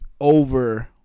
over